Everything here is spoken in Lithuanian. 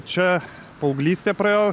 čia paauglystė praėjo